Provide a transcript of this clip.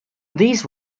these